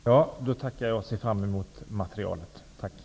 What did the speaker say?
Herr talman! Jag tackar och ser fram emot att få ta del av materialet.